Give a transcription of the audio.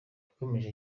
yakomeje